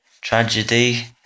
Tragedy